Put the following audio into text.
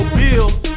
bills